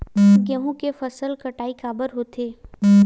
गेहूं के फसल कटाई काबर होथे?